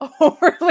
overly